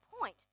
point